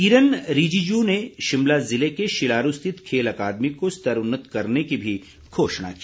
किरन रिजिजू ने शिमला ज़िले के शिलारू स्थित खेल अकादमी को स्तरोन्नत करने की घोषणा भी की